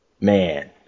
Man